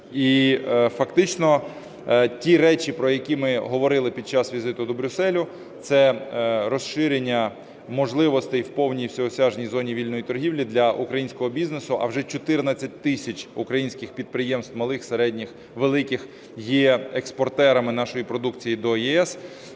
І фактично ті речі, про які ми говорили під час візиту до Брюсселя – це розширення можливостей в повній всеосяжній зоні вільної торгівлі для українського бізнесу, а вже 14 тисяч українських підприємств, малих, середніх, великих, є експортерами нашої продукції до ЄС.